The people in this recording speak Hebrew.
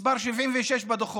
מס' 76 בדוחות,